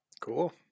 cool